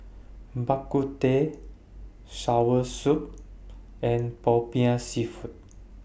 Bak Kut Teh Soursop and Popiah Seafood